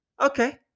Okay